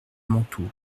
mantoue